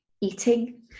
eating